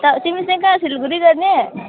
कहाँ तिमी चाहिँ कहाँ सिलगढी जाने